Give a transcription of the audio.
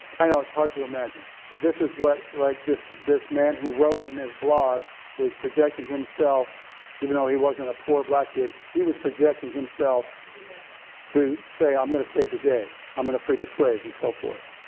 i know it's hard to imagine but this is what like this this man who wrote in his blog was projecting himself even though he wasn't a poor black kid, he was projecting himself to say i'm gonna save the day, i'm gonna free the slaves and so forth,